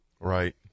Right